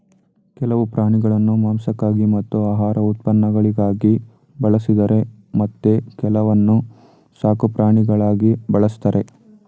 ಕೆಲವು ಪ್ರಾಣಿಗಳನ್ನು ಮಾಂಸಕ್ಕಾಗಿ ಮತ್ತು ಆಹಾರ ಉತ್ಪನ್ನಗಳಿಗಾಗಿ ಬಳಸಿದರೆ ಮತ್ತೆ ಕೆಲವನ್ನು ಸಾಕುಪ್ರಾಣಿಗಳಾಗಿ ಬಳ್ಸತ್ತರೆ